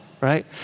right